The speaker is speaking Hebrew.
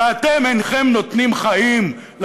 ואתם אינכם נותנים חיים.